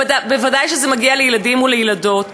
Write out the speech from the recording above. ודאי כשזה מגיע לילדים ולילדות.